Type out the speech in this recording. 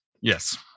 Yes